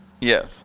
Yes